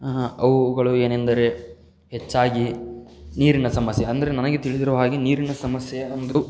ಅವುಗಳು ಏನೆಂದರೆ ಹೆಚ್ಚಾಗಿ ನೀರಿನ ಸಮಸ್ಯೆ ಅಂದರೆ ನನಗೆ ತಿಳಿದಿರೋ ಹಾಗೆ ನೀರಿನ ಸಮಸ್ಯೆ ಒಂದು